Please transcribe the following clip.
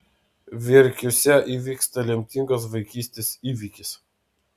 verkiuose įvyksta lemtingas vaikystės įvykis